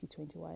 2021